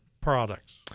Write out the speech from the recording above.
products